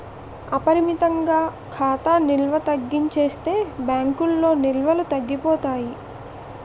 అపరిమితంగా ఖాతా నిల్వ తగ్గించేస్తే బ్యాంకుల్లో నిల్వలు తగ్గిపోతాయి